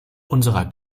unserer